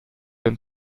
den